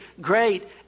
great